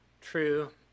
true